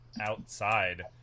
outside